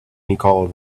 nicole